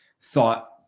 thought